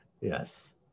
yes